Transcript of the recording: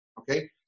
okay